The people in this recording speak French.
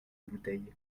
bouteille